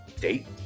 date